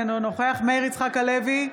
נוכח מאיר יצחק הלוי,